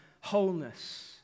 wholeness